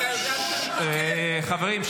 כמה שקרים.